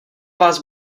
vás